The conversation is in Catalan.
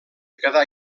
quedar